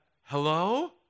Hello